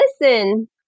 listen